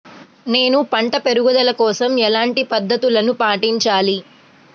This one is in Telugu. నేను పంట పెరుగుదల కోసం ఎలాంటి పద్దతులను పాటించాలి?